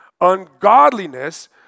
Ungodliness